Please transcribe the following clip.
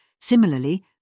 Similarly